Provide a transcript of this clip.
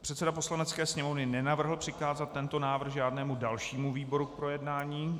Předseda Poslanecké sněmovny nenavrhl přikázat tento návrh žádnému dalšímu výboru k projednání.